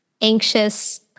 anxious